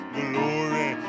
glory